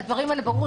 הדברים האלה ברורים.